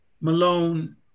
Malone